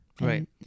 Right